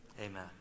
Amen